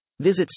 Visit